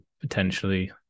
potentially